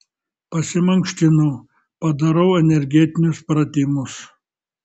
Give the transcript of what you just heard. pasimankštinu padarau energetinius pratimus